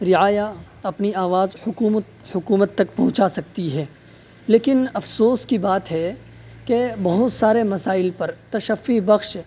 رعایا اپنی آواز حکومت تک پہنچا سکتی ہے لیکن افسوس کی بات ہے کہ بہت سارے مسائل پر تشفی بخش